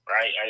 right